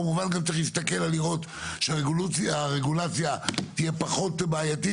כמובן גם צריך להסתכל על לראות שהרגולציה תהיה פחות בעייתית